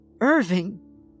Irving